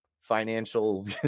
financial